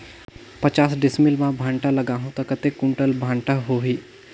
पचास डिसमिल मां भांटा लगाहूं ता कतेक कुंटल भांटा होही?